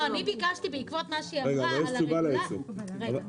זה נחמד